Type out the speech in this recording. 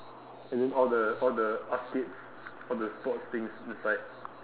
and then all the all the arcades all the sports things inside